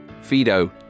fido